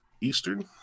Eastern